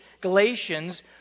Galatians